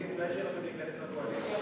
זה יהיה התנאי שלכם להיכנס לקואליציה?